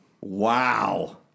Wow